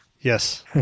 Yes